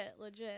legit